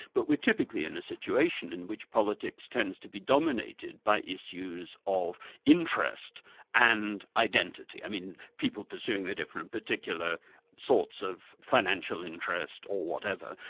but we're typically in a situation in which politics tends to be dominated by issues of interest and identity. i mean people pursuing their different particular sorts of financial interest or whatever,